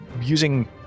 using